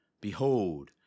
Behold